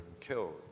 killed